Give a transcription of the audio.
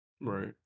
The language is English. right